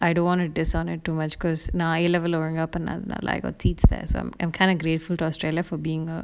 I don't wannna dishonor too much because நா:na A level lah ஒழுங்கா பண்ணாதனால:olunka pannathanala I got teach this I'm kind of grateful australia for being a